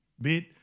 bit